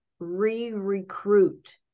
re-recruit